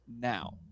now